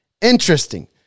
Interesting